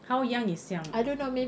how young is young